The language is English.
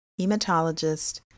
hematologist